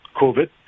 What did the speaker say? COVID